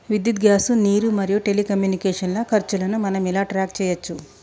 విద్యుత్ గ్యాస్ నీరు మరియు టెలికమ్యూనికేషన్ల ఖర్చులను మనం ఎలా ట్రాక్ చేయచ్చు?